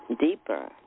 deeper